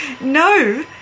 No